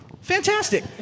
Fantastic